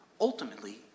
ultimately